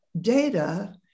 data